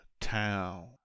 town